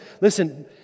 listen